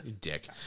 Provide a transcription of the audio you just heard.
dick